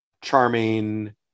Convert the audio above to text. charming